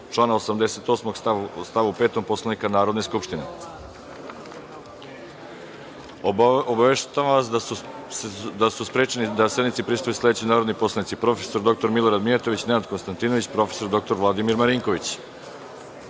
člana 88. stav 5. Poslovnika Narodne skupštine. Obaveštavam vas da su sprečeni da sednici prisustvuju sledeći narodni poslanici: prof. dr Milorad Mijatović, Nenad Konstantinović i prof. dr Vladimir Marinković. Saglasno